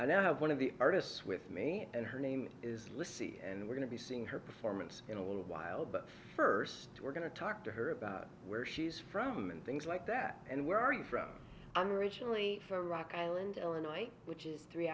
i know one of the artists with me and her name is lissie and we're going to be seeing her performance in a little while but first we're going to talk to her about where she's from and things like that and where are you from originally from rock island illinois which is three